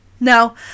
Now